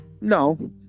no